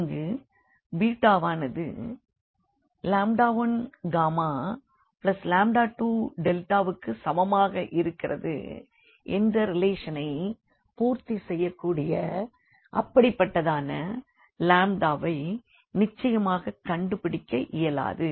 இங்கு யானது 1γ2க்கு சமமாக இருக்கிறது என்ற ரிலேஷனைப் பூர்த்தி செய்யக்கூடிய அப்படிப்பட்டதான வை நிச்சயமாக கண்டுபிடிக்க இயலாது